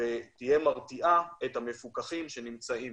ותרתיע את המפוקחים שנמצאים.